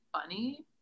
funny